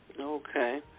okay